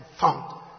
found